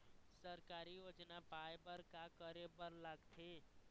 सरकारी योजना पाए बर का करे बर लागथे?